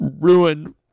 ruined